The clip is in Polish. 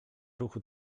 ruchu